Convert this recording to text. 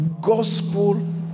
gospel